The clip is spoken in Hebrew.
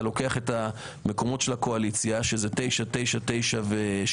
אתה לוקח את המקומות של הקואליציה שזה 9,9,9 ו-7,